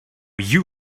you